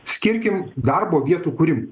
skirkim darbo vietų kūrimui